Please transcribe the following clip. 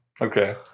Okay